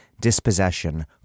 dispossession